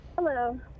Hello